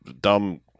dumb